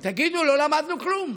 תגידו, לא למדנו כלום?